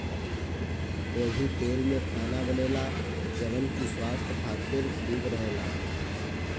ओही तेल में खाना बनेला जवन की स्वास्थ खातिर ठीक रहेला